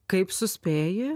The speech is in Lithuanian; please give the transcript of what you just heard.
kaip suspėji